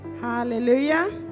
Hallelujah